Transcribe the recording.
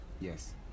yes